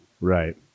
Right